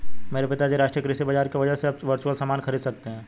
मेरे पिताजी राष्ट्रीय कृषि बाजार की वजह से अब वर्चुअल सामान खरीद सकते हैं